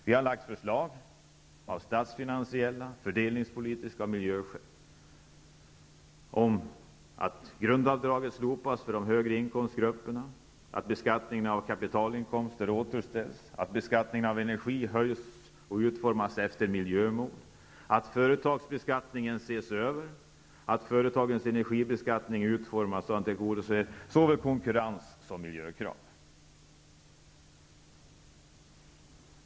Vi har framlagt förslag av statsfinansiella skäl, fördelningspolitiska skäl och miljöskäl om att grundavdragen slopas för de högre inkomstgrupperna, att beskattningen av kapitalinkomster återställs, att beskattningen av energi höjs och utformas efter miljömål, att företagsbeskattningen ses över, att företagens energibeskattning utformas så att den tillgodoser såväl konkurrens som miljökrav.